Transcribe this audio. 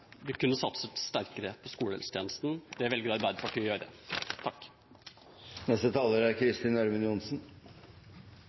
vi kunne satset sterkere på skolehelsetjenesten. Det velger Arbeiderpartiet å gjøre.